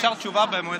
תודה.